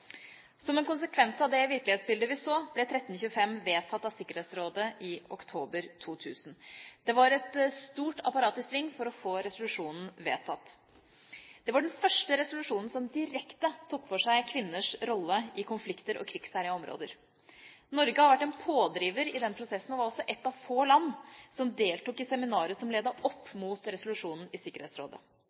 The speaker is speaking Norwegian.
Som en konsekvens av det virkelighetsbildet vi så, ble 1325 vedtatt av Sikkerhetsrådet i oktober 2000. Det var et stort apparat i sving for å få resolusjonen vedtatt. Det var den første resolusjonen som direkte tok for seg kvinners rolle i konflikter og i krigsherjede områder. Norge har vært en pådriver i den prosessen og var også ett av få land som deltok i seminaret som ledet opp mot resolusjonen i Sikkerhetsrådet.